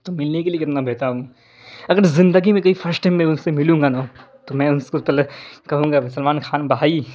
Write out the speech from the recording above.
تو ملنے کے لیے کتنا بےتاب ہوں اگر زندگی میں کبھی فرسٹ ٹائم میں اس سے ملوں گا نا تو میں اس کو پہلے کہوں گا کہ سلمان خان بھائی